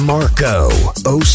Marco